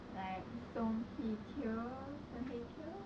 like song hye kyo song hye kyo